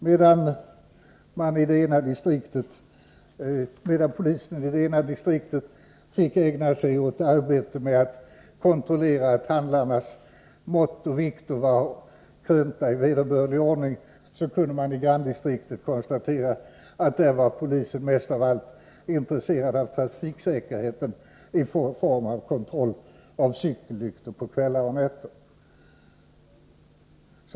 Medan må i det envdistriktet kände körstaterauttpolisetefick ägna sig åtarbetemedatts kontrollera:att handlarnas mått och vikter var krönta i vederbörlig ordning, kunde :man i granndistriktet konstatera att polisen där mest av allt var intresserad av trafiksäkerhet i form av kontroll av cykellyktor på kvällar och nätter.